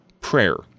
Prayer